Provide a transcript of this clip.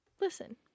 Listen